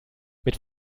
mit